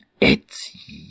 It's